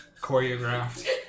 choreographed